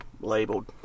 Labeled